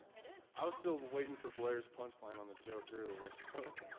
it is. i was still waiting for blair's punchline on the joke earlier, so.